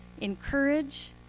encourage